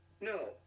no